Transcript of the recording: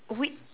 we